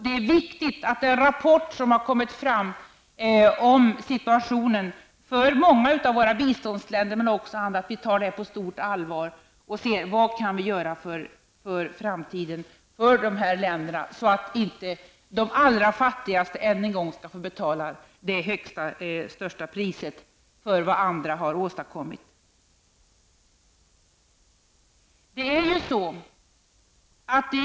Det är viktigt att den rapport som har lagts fram om situationen för många av våra biståndsländer, och även andra länder, tas på stort allvar. Vi måste fråga oss: Vad kan vi göra för framtiden för dessa länder, så att inte de allra fattigaste ännu en gång skall få betala det högsta priset för vad andra har åstadkommit?